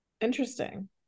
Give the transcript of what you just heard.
Interesting